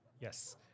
Yes